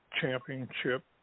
Championship